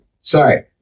Sorry